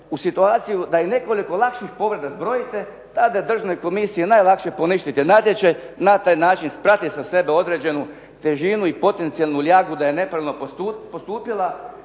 u situaciju da nekoliko lakših povreda zbrojite, tada je državnoj komisiji najlakše poništiti natječaj, na taj način sprati sa sebe određenu težinu i potencijalnu ljagu da je nepravilno postupila,